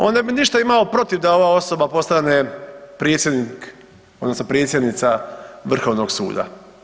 On ne bi imao ništa protiv da ova osoba postane predsjednik odnosno predsjednica vrhovnog suda.